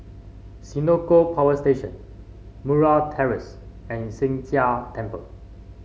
Senoko Power Station Murray Terrace and Sheng Jia Temple